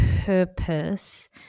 purpose